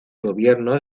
gobierno